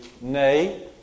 nay